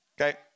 okay